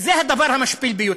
וזה הדבר המשפיל ביותר,